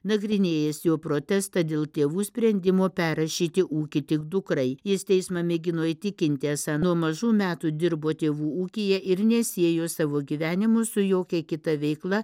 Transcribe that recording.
nagrinėjęs jo protestą dėl tėvų sprendimo perrašyti ūkį tik dukrai jis teismą mėgino įtikinti esą nuo mažų metų dirbo tėvų ūkyje ir nesiejo savo gyvenimo su jokia kita veikla